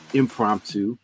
impromptu